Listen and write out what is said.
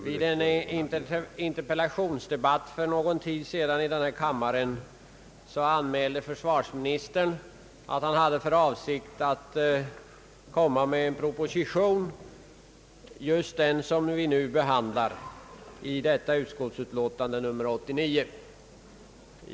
Herr talman! I en interpellationsdebatt för någon tid sedan i denna kammare anmälde försvarsministern att han hade för avsikt att framlägga en proposition — just den som nu behandlas i andra lagutskottets utlåtande nr 89.